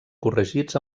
corregits